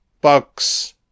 Bugs